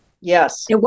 Yes